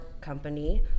company